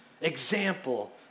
example